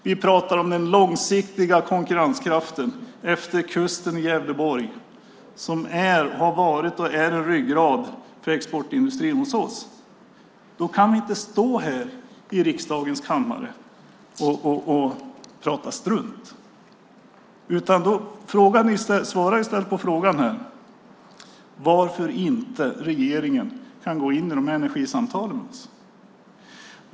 Vi pratar om den långsiktiga konkurrenskraften efter kusten i Gävleborg som har varit och är en ryggrad för exportindustrin hos oss. Då kan vi inte stå här i riksdagens kammare och prata strunt. Svara i stället på frågan varför inte regeringen kan gå in i de här energisamtalen!